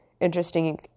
interesting